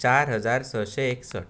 चार हजार सशे एकसट